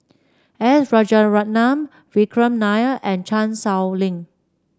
S Rajaratnam Vikram Nair and Chan Sow Lin